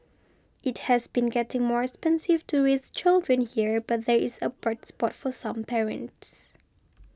it has been getting more expensive to raise children here but there is a bright spot for some parents